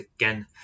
again